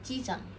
机长